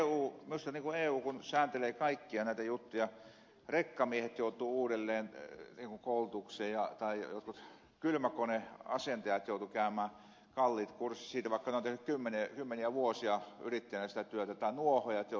kun eu sääntelee kaikkia näitä juttuja rekkamiehet joutuvat uudelleenkoulutukseen tai jotkut kylmäkoneasentajat joutuivat käymään kalliit kurssit silti vaikka olivat tehnet kymmeniä vuosia yrittäjinä sitä työtä tai nuohoojat joutuivat koulutukseen sen takia